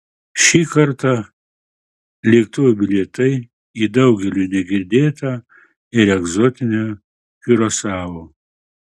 šį kartą lėktuvo bilietai į daugeliui negirdėtą ir egzotinę kiurasao